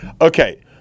Okay